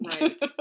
Right